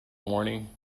morning